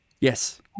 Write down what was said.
Yes